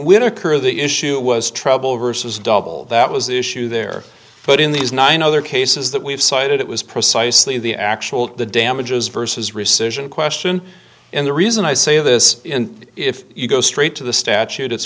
would occur the issue was trouble overseas double that was issue there but in these nine other cases that we've cited it was precisely the actual the damages versus rescission question and the reason i say this if you go straight to the statute i